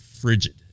frigid